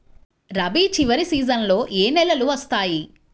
రబీ చివరి సీజన్లో ఏ నెలలు వస్తాయి?